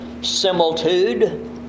similitude